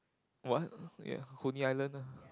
what ya Coney-Island ah